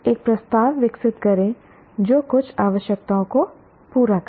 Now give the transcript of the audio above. एक प्रस्ताव विकसित करें जो कुछ आवश्यकताओं को पूरा करे